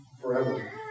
forever